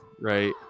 right